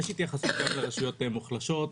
יש התייחסות גם לרשויות מוחלשות,